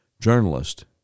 journalist